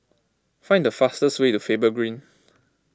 find the fastest way to Faber Green